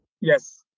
Yes